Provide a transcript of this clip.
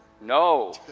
No